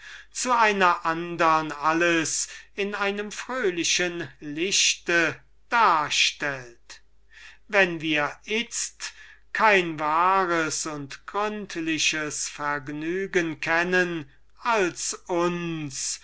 zu einer andern alles in einem fröhlichen lichte darstellt wenn wir itzt kein wahres und gründliches vergnügen kennen als uns